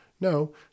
No